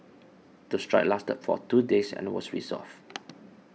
the strike lasted for two days and was resolved